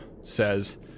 says